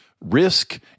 risk